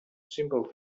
simple